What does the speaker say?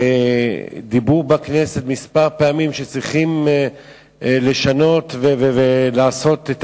ודיברו בכנסת כמה פעמים שצריכים לשנות ולעשות את